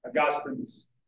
Augustine's